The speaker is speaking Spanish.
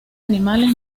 animales